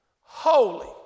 Holy